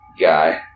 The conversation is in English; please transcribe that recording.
guy